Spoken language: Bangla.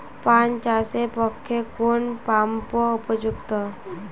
পান চাষের পক্ষে কোন পাম্প উপযুক্ত?